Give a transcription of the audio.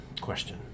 question